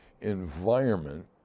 environment